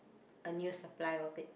a new supply of it